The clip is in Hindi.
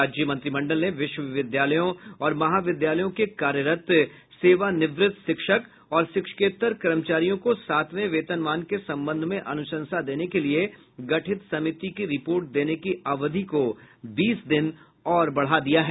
राज्य मंत्रिमंडल ने विश्वविद्यालयों और महाविद्यालयों के कार्यरत सेवानिवृत्त शिक्षक और शिक्षकेत्तर कर्मचारियों को सातवें वेतनमान के संबंध में अनुशंसा देने के लिए गठित समिति की रिपोर्ट देने की अवधि को बीस दिन और बढ़ा दिया है